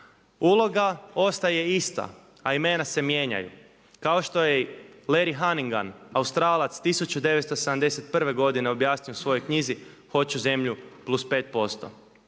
Uloga ostaje ista, a imena se mijenjaju. Kao što je i Larry Hannigan Australac 1971. godine objasnio u svojoj knjizi hoću zemlju plus pet